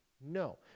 No